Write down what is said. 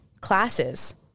classes